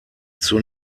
zur